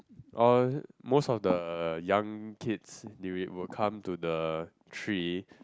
all most of the young kids they would come to the tree